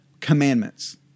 Commandments